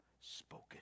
spoken